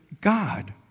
God